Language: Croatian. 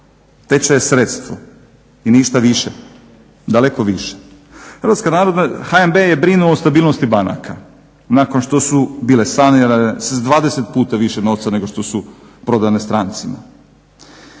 Tečaj je sredstvo i ništa više, daleko više. HNB je brinuo o stabilnosti banaka nakon što su bile sanirane sa 20 puta više novca nego što su prodane strancima.